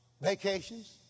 vacations